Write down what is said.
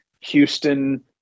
Houston